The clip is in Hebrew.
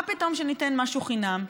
מה פתאום שניתן משהו חינם?